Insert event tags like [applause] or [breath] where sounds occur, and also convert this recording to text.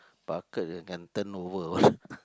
bucket you can turn over [breath]